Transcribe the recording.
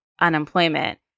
unemployment